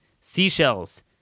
seashells